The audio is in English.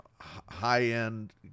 high-end